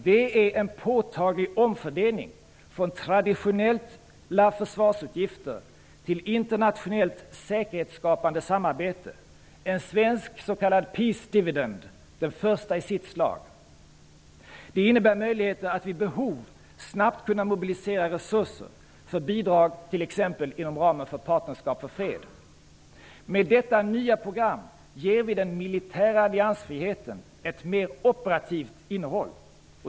Det är en påtaglig omfördelning från traditionella försvarsutgifter till internationellt säkerhetsskapande samarbete -- en svensk s.k. peace dividend, den första i sitt slag. Det innebär möjligheter att vid behov snabbt kunna mobilisera resurser för bidrag t.ex. inom ramen för Partnerskap för Fred. Med detta nya program ger vi den militära alliansfriheten ett mer operativt innehåll.